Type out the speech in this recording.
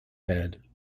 head